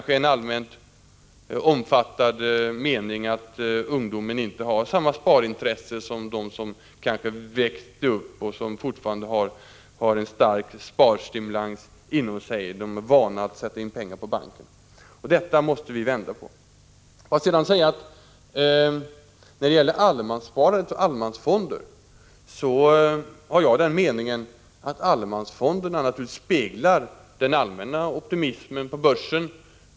En allmänt omfattad mening är väl att ungdomen inte har samma sparintresse som de som växte upp under andra förhållanden och som fortfarande har en stark sparstimulans inom sig och är vana vid att sätta in pengar på banken. Detta måste vi vända på. När det gäller allemanssparandet och allemansfonder har jag den meningen att allemansfonderna speglar den allmänna optimismen på börsen.